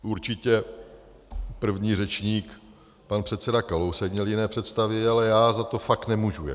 Určitě první řečník, pan předseda Kalousek, měl jiné představy, ale já za to fakt nemůžu.